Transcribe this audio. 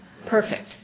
perfect